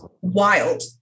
wild